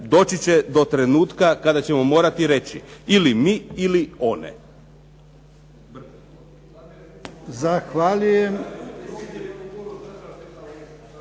doći će do trenutka kada ćemo morati reći ili mi ili one.